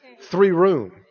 Three-room